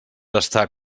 estar